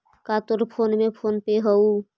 का तोर फोन में फोन पे हउ?